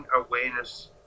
awareness